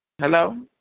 Hello